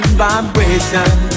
Vibration